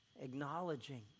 acknowledging